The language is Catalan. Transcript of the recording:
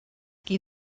qui